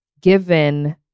given